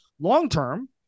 long-term